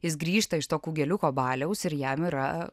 jis grįžta iš to kugeliuko baliaus ir jam yra